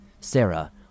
Sarah